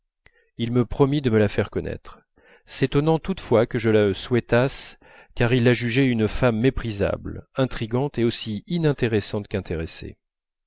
il me promit de me la faire connaître s'étonnant toutefois que je le souhaitasse car il la jugeait une femme méprisable intrigante et aussi inintéressante qu'intéressée